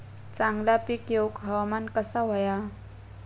चांगला पीक येऊक हवामान कसा होया?